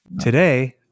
Today